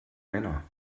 männer